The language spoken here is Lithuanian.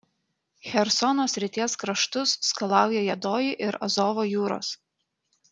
chersono srities kraštus skalauja juodoji ir azovo jūros